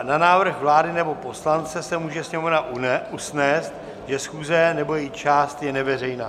Na návrh vlády nebo poslance se může Sněmovna usnést, že schůze nebo její část je neveřejná.